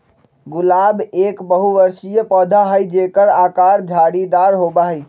गुलाब एक बहुबर्षीय पौधा हई जेकर आकर झाड़ीदार होबा हई